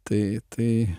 tai tai